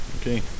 Okay